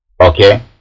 Okay